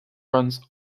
runs